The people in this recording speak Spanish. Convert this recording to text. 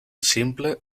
simple